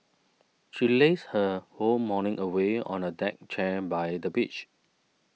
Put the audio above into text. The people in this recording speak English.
she lazed her whole morning away on a deck chair by the beach